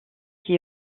qui